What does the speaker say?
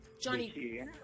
Johnny